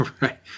Right